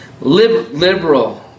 liberal